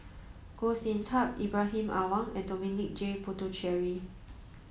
Goh Sin Tub Ibrahim Awang and Dominic J Puthucheary